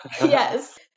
Yes